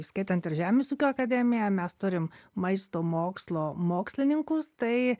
įskaitant ir žemės ūkio akademiją mes turim maisto mokslo mokslininkus tai